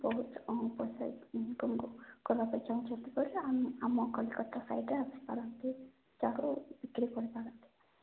ବହୁତ ପଇସା ଇନକମ୍ କରିବା ପାଇଁ ଚାହୁଁଛନ୍ତି କହିଲେ ଆମେ ଆମ କଲିକତା ସାଇଡ଼୍ରେ ଆସିପାରନ୍ତି ବିକ୍ରି କରିପାରନ୍ତି